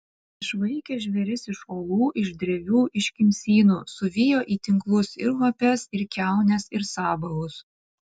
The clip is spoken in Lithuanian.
išvaikė žvėris iš olų iš drevių iš kimsynų suvijo į tinklus ir lapes ir kiaunes ir sabalus